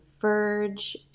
verge